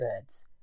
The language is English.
goods